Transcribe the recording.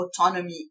autonomy